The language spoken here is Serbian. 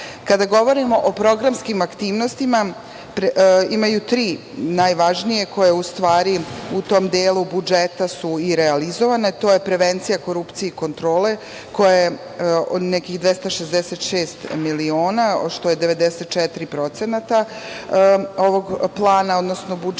govorimo o programskim aktivnostima, imaju tri najvažnije koje su u stvari u tom delu budžeta i realizovane. To je prevencija korupcije i kontrole koja je nekih 266 miliona, što je 94% ovog plana, odnosno budžeta.